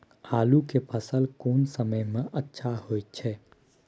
आलू के फसल कोन समय में अच्छा होय छै?